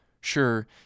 Sure